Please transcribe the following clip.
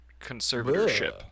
conservatorship